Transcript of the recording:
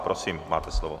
Prosím, máte slovo.